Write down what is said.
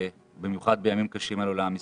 במיוחד בימים קשים אלו לעם ישראל.